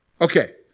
Okay